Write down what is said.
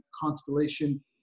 Constellation